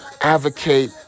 advocate